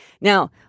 Now